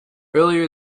earlier